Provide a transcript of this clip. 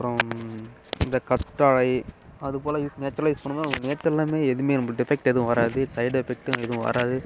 அப்புறம் இந்த கத்தாழை அதுபோல இது நேச்சுரலாக யூஸ் பண்ணிணோம்னா நேச்சுரல் எல்லாமே எதுவுமே நம்பளுக்கு எஃபெக்ட் எதுவுமே வராது சைடுஎஃபெக்ட்டும் எதுவும் வராது